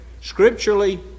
Scripturally